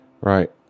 Right